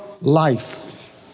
life